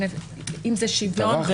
אם זה שוויון,